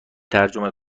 ترجمه